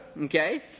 okay